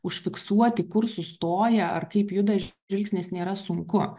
užfiksuoti kur sustoja ar kaip juda žvilgsnis nėra sunku